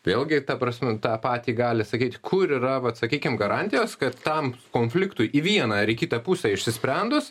vėlgi ta prasme tą patį gali sakyti kur yra vat sakykim garantijos kad tam konfliktui į vieną ar į kitą pusę išsisprendus